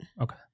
Okay